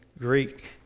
Greek